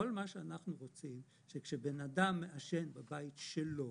כל מה שאנחנו רוצים זה שכשבן אדם מעשן בבית שלו,